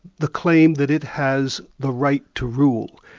the claim that it has the right to rule,